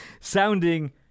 Sounding